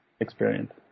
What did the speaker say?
experience